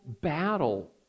battle